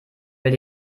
will